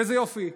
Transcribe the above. איזה יופי.